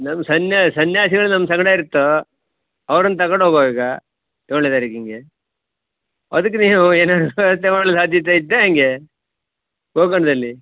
ನಮ್ಮ ಸನ್ಯಾ ಸನ್ಯಾಸಿಗಳು ನಮ್ಮ ಸಂಗಡ ಇರ್ತೋ ಅವ್ರನ್ನ ತಗೊಂಡು ಹೋಗುವಾಗ ಏಳ್ನೇ ತಾರೀಕಿಗೆ ಅದಕ್ಕೆ ನೀವು ಏನಾರೂ ವ್ಯವಸ್ಥೆ ಮಾಡಲಾತೀತ ಇತ್ತಾ ಹ್ಯಾಗೆ ಗೋಕರ್ಣದಲ್ಲಿ